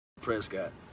Prescott